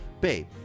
Babe